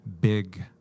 big